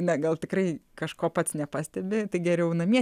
na gal tikrai kažko pats nepastebi tai geriau namie